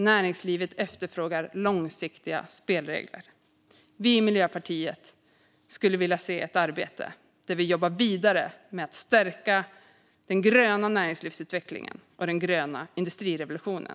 Näringslivet efterfrågar långsiktiga spelregler. Vi i Miljöpartiet skulle vilja se ett arbete där vi jobbar vidare med att stärka den gröna näringslivsutvecklingen och den gröna industrirevolutionen.